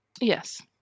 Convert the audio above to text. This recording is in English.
Yes